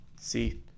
See